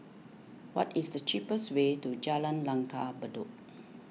what is the cheapest way to Jalan Langgar Bedok